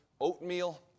oatmeal